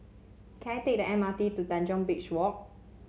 can I take the M R T to Tanjong Beach Walk